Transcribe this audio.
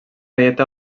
dieta